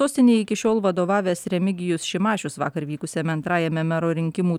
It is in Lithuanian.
sostinei iki šiol vadovavęs remigijus šimašius vakar vykusiame antrajame mero rinkimų